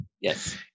Yes